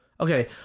Okay